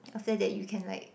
after that you can like